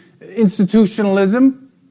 institutionalism